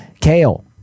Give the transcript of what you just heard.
Kale